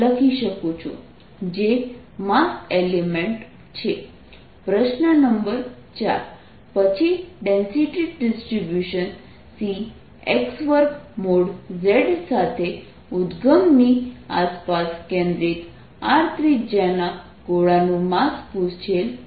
dmρdVCr3cosθr2drsin θdθdϕCr5 cosθϕdrdθ dϕ પ્રશ્ન number 4 પછી density distribution Cx2|z| સાથે ઉદગમની આસપાસ કેન્દ્રિત r ત્રિજ્યાના ગોળાનું માસ પૂછેલ છે